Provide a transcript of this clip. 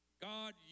God